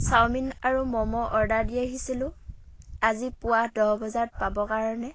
chowmein আৰু momo order দি আহিছিলোঁ আজি পুৱা দহ বজাত পাব কাৰণে